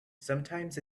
sometimes